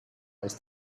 als